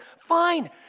fine